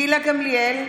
גילה גמליאל,